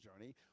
journey